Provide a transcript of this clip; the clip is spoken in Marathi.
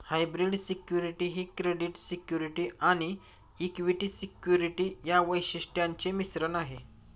हायब्रीड सिक्युरिटी ही क्रेडिट सिक्युरिटी आणि इक्विटी सिक्युरिटी या वैशिष्ट्यांचे मिश्रण आहे